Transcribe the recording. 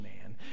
man